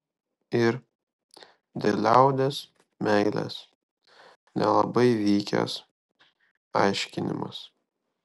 ir dėl liaudies meilės nelabai vykęs aiškinimas